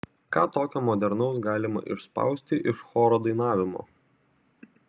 ką tokio modernaus galima išspausti iš choro dainavimo